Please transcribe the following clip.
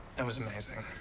that was amazing.